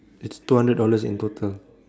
it's two hundred dollars in total